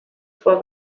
vor